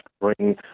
bring